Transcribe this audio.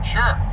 Sure